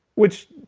which,